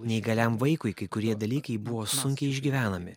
neįgaliam vaikui kai kurie dalykai buvo sunkiai išgyvenami